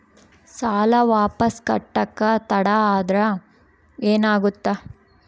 ಸಾಲ ವಾಪಸ್ ಕಟ್ಟಕ ತಡ ಆದ್ರ ಏನಾಗುತ್ತ?